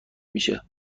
میشه